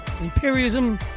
imperialism